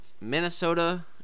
Minnesota